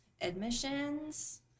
admissions